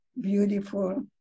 beautiful